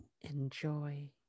enjoy